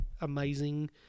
amazing